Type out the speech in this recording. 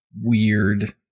weird